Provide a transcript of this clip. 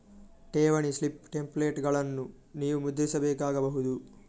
ಠೇವಣಿ ಸ್ಲಿಪ್ ಟೆಂಪ್ಲೇಟುಗಳನ್ನು ನೀವು ಮುದ್ರಿಸಬೇಕಾಗಬಹುದು